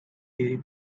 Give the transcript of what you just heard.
dairy